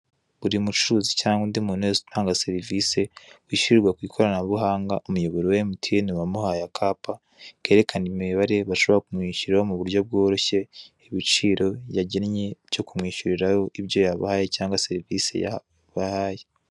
Buri mucuruzi cyangwa undi muntu wese utanga serivisi wishyurwa ku ikoranabuhanga umuyoboro wa MTN wamuhaye akapa, kerekana imibare bashobora kumwishyuraho mu buryo bworoshye, ibiciro yagennye byo kumwishyuriraho ibyo yabahaye cyangwa serivisi yabahaye.